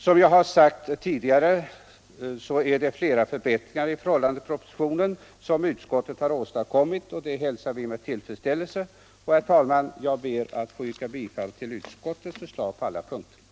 Som jag har sagt tidigare är det flera förbättringar i förhållande till propositionen som utskottet har åstadkommit, och det hälsar vi med tillfredsställelse. Herr talman! Jag ber att få yrka bifall till utskottets förslag på alla punkter.